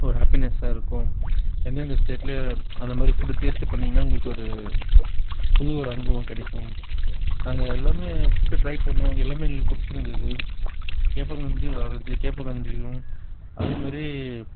ஒரு ஹாப்பினஸ்ஸாக இருக்கும் எந்த எந்த ஸ்டேட்டில் அந்த மாதிரி ஃபுட்டு டேஸ்ட்டு பண்ணீங்னால் உங்களுக்கு ஒரு புது ஒரு அனுபவம் கிடைக்கும் நாங்கள் எல்லாமே ஃபுட்டு டிரை பண்ணிணோம் எல்லாமே எங்களுக்கு பிடுச்சிருந்துது கேப்பங்கஞ்சும் நல்லா இருந்துச்சுசி கேப்பங்கஞ் சியும் அதே மாதிரி